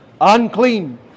unclean